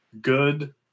good